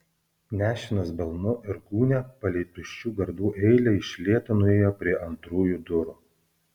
nešinas balnu ir gūnia palei tuščių gardų eilę iš lėto nuėjo prie antrųjų durų